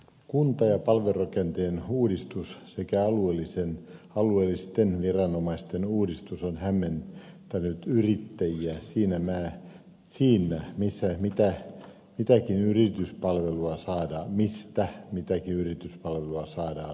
kunta ja palvelurakenteen uudistus sekä alueellisten viranomaisten uudistus ovat hämmentäneet yrittäjiä siinä missä ja mitä pitääkin yrityspalvelua saadaan mistä mitäkin yrityspalvelua saadaan